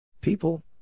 People